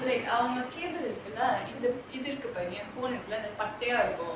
like அவங்க:avanga cable இருக்குல்ல:irukula phone இந்த இது இருக்குல்ல பட்டயா இருக்கும்:intha ithu irukula pattaya irukum